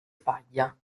paglia